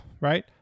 right